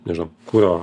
nežinau kuro